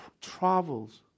travels